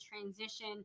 transition